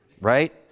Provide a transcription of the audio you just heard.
right